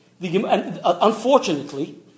unfortunately